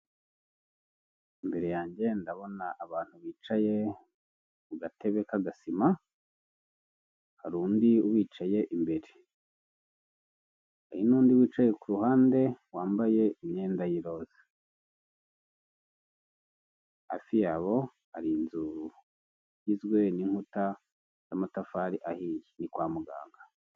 Imbere yanjye ndabona abantu bicaye ku gatebe ka gasima hari undi wicaye imbere n'undi wicaye kuhande wambaye imyenda yiroza hafi yabo hari inzu igizwe n'inkuta n'amatafari ahiye ni kwa muganga.